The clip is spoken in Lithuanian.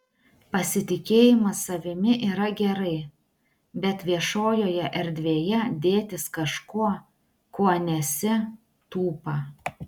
pasitikėjimas savimi yra gerai bet viešojoje erdvėje dėtis kažkuo kuo nesi tūpa